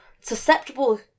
susceptible